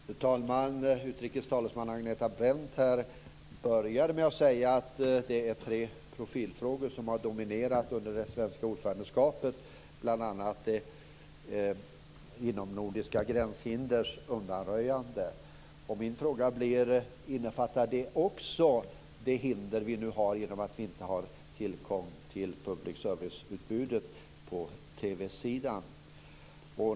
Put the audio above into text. Fru talman! Utrikesutskottets talesman Agneta Brendt började med att säga att det är tre profilfrågor som har dominerat under det svenska ordförandeskapet, bl.a. undanröjande av inomnordiska gränshinder. Min fråga blir: Innefattar det också det hinder vi nu har genom att vi inte har tillgång till public serviceutbudet på TV-sidan?